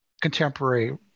contemporary